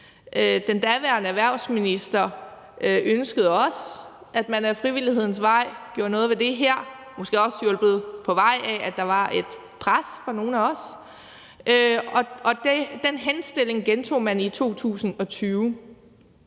Den daværende erhvervsminister ønskede også, at man ad frivillighedens vej gjorde noget ved det her, måske også hjulpet på vej af, at der var et pres fra nogle af os, og den henstilling gentog man i 2020.